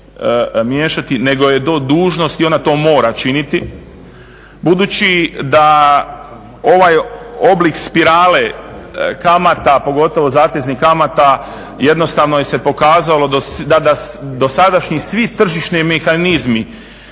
miješati, nego je do dužnosti ona to mora činiti budući da ovaj oblik spirale kamata, pogotovo zateznih kamata jednostavno se pokazalo da dosadašnji svi tržišni mehanizmi